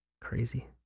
Crazy